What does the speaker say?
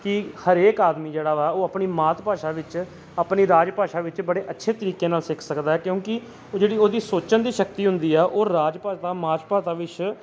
ਕਿ ਹਰੇਕ ਆਦਮੀ ਜਿਹੜਾ ਵਾ ਉਹ ਆਪਣੀ ਮਾਤ ਭਾਸ਼ਾ ਵਿੱਚ ਆਪਣੀ ਰਾਜ ਭਾਸ਼ਾ ਵਿੱਚ ਬੜੇ ਅੱਛੇ ਤਰੀਕੇ ਨਾਲ ਸਿੱਖ ਸਕਦਾ ਕਿਉਂਕਿ ਉਹ ਜਿਹੜੀ ਉਹਦੀ ਸੋਚਣ ਦੀ ਸ਼ਕਤੀ ਹੁੰਦੀ ਆ ਉਹ ਰਾਜ ਭਾਸ਼ਾ ਮਾਤ ਭਾਸ਼ਾ ਵਿੱਚ